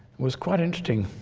was quite interesting.